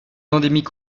endémique